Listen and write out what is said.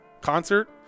concert